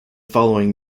following